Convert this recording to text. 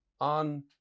on